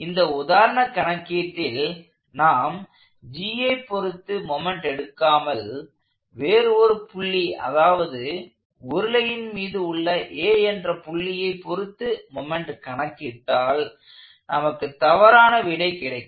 இந்த உதாரண கணக்கீட்டில் நாம் G ஐ பொருத்து மொமெண்ட் எடுக்காமல் வேறு ஒரு புள்ளி அதாவது உருளையின் மீது உள்ள A என்ற புள்ளியை பொருத்து மொமெண்ட் கணக்கிட்டால் நமக்கு தவறான விடை கிடைக்கும்